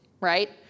right